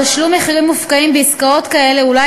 תשלום מחירים מופקעים בעסקאות כאלה אולי